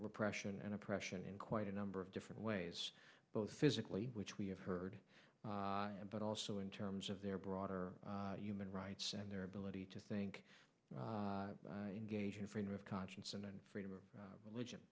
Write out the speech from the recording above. repression and oppression in quite a number of different ways both physically which we have heard but also in terms of their broader human rights and their ability to think engage in freedom of conscience and in freedom of religion